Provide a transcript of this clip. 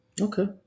okay